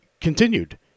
continued